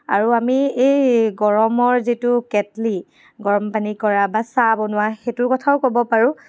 আৰু আমি এই গৰমৰ যিটো কেটলি গৰম পানী কৰা বা চাহ বনোৱা সেইটোৰ কথাও ক'ব পাৰোঁ